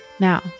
Now